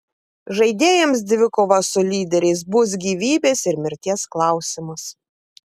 žaidėjams dvikova su lyderiais bus gyvybės ir mirties klausimas